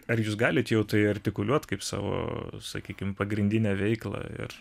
ar jūs galit jau tai artikuliuot kaip savo sakykim pagrindinę veiklą ir